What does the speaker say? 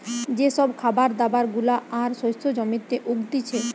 যে সব খাবার দাবার গুলা আর শস্য জমিতে উগতিচে